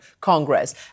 Congress